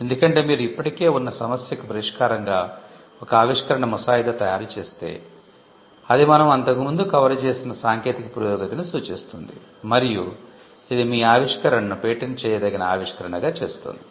ఎందుకంటే మీరు ఇప్పటికే ఉన్న సమస్యకు పరిష్కారంగా ఒక ఆవిష్కరణ ముసాయిదా తయారు చేస్తే అది మనం అంతకు ముందు కవర్ చేసిన సాంకేతిక పురోగతిని సూచిస్తుంది మరియు ఇది మీ ఆవిష్కరణను పేటెంట్ చేయదగిన ఆవిష్కరణగా చేస్తుంది